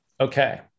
Okay